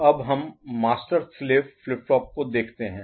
अब हम master slave flip flop को देखते हैं